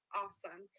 awesome